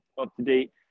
up-to-date